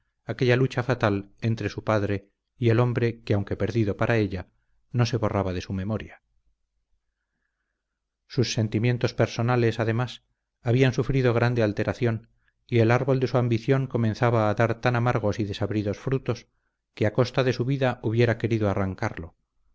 aquella lucha fatal entre su padre y el hombre que aunque perdido para ella no se borraba de su memoria sus sentimientos personales además habían sufrido grande alteración y el árbol de su ambición comenzaba a dar tan amargos y desabridos frutos que a costa de su vida hubiera querido arrancarlo